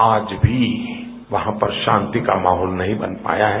आज भी वहां पर शांति का माहौल नही बन पाया है